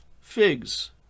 figs